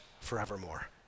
forevermore